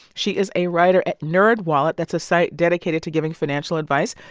she is a writer at nerd wallet. that's a site dedicated to giving financial advice,